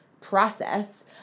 process